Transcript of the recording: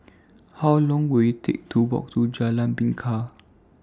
How Long Will IT Take to Walk to Jalan Bingka